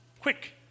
Quick